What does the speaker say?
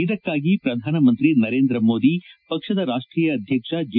ಇದಕ್ಕಾಗಿ ಪ್ರಧಾನಿ ನರೇಂದ್ರ ಮೋದಿ ಪಕ್ಷದ ರಾಷ್ಷೀಯ ಅಧ್ಯಕ್ಷ ಜೆ